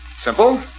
Simple